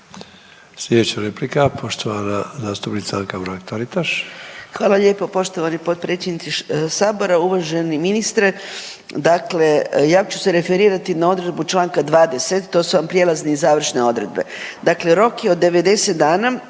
Slijedeća replika poštovana zastupnica Anka Mrak-Taritaš. **Mrak-Taritaš, Anka (GLAS)** Hvala lijepo poštovani potpredsjedniče sabora, uvaženi ministre. Dakle, ja ću se referirati na odredbu čl. 20., to su vam prijelazne i završne odredbe. Dakle, rok je od 90 dana